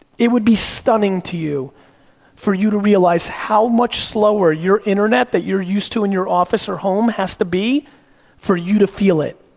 it would be stunning to you for you to realize how much slower your internet that you're used to in your office or home has to be for you to feel it.